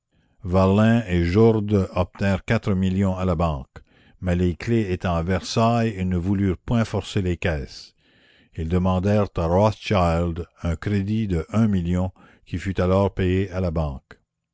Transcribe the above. varlin et jourde obtinrent quatre millions à la banque mais les clefs étant à versailles ils ne voulurent point la commune forcer les caisses ils demandèrent à rothschild un crédit de un million qui fut alors payé à la banque